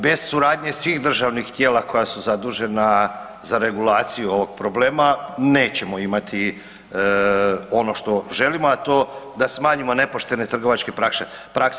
Bez suradnje svih državnih tijela koja su zadužena za regulaciju ovog problema nećemo imati ono što želimo, a to da smanjimo nepoželjne trgovačke prakse.